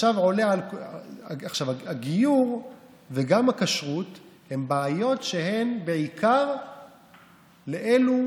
עכשיו, הגיור וגם הכשרות הם בעיות שהן בעיקר לאלו